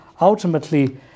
ultimately